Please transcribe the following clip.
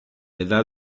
edad